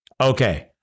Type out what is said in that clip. Okay